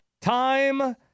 Time